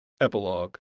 Epilogue